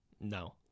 No